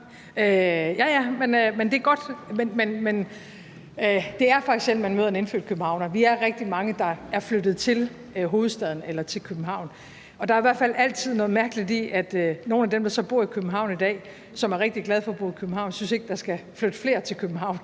leder, det er godt. Men det er faktisk sjældent, at man møder en indfødt københavner. Vi er rigtig mange, der er flyttet til hovedstaden, altså til København, og der er i hvert fald altid noget mærkeligt i, at nogle af dem, der så bor i København i dag, og som er rigtig glade for at bo i København, ikke synes, at der skal flytte flere til København.